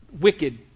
wicked